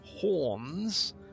horns